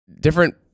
Different